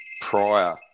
prior